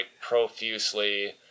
profusely